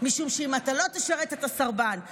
משום שאם הוא לא יתקוף אותם,